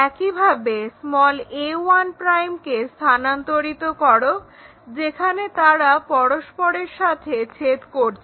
একইভাবে a1 কে স্থানান্তরিত করো যেখানে তারা পরস্পরের সাথে ছেদ করছে